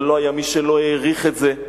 אבל לא היה מי שלא העריך את זה,